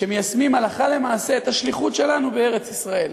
שמיישמים הלכה למעשה את השליחות שלנו בארץ-ישראל,